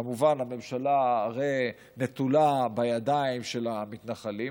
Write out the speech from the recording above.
כמובן, הממשלה הרי נתונה בידיים של המתנחלים.